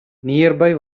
nearby